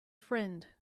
friend